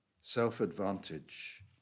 self-advantage